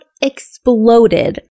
exploded